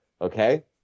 Okay